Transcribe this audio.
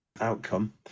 outcome